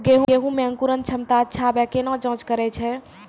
गेहूँ मे अंकुरन क्षमता अच्छा आबे केना जाँच करैय छै?